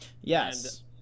Yes